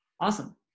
awesome